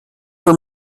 for